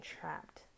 trapped